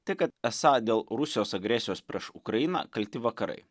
tai kad esą dėl rusijos agresijos prieš ukrainą kalti vakarai